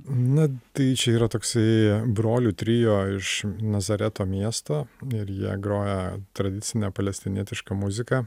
na tai čia yra toksai brolių trio iš nazareto miesto ir jie groja tradicinę palestinietišką muziką